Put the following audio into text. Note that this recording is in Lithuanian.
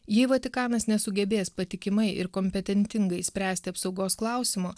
jei vatikanas nesugebės patikimai ir kompetentingai spręsti apsaugos klausimo